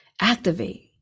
activate